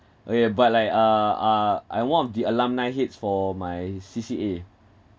oh ya but like uh uh I won the alumni heads for my C_C_A